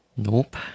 Nope